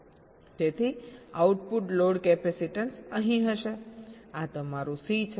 તેથી output load capacitance અહીં હશે આ તમારું સી છે